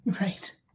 Right